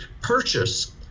purchase